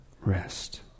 rest